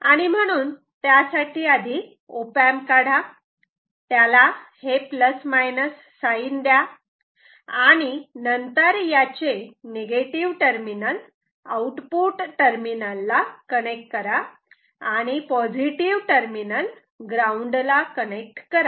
म्हणून त्यासाठी op amp काढा त्याला plus minus sign and sign द्या आणि नंतर याचे निगेटिव्ह टर्मिनल आउटपुट टर्मिनल ला कनेक्ट करा आणि पॉझिटिव्ह टर्मिनल ग्राऊंड ला कनेक्ट करा